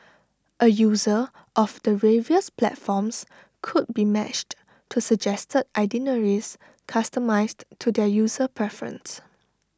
A user of the various platforms could be matched to suggested itineraries customised to their user preference